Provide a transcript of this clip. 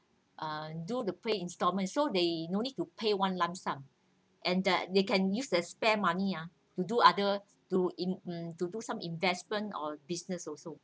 uh do to pay instalments so they no need to pay one lump sum and that they can use their spare money ah to do other to in~ to do some investment or business also